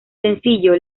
sencillo